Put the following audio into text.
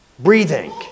Breathing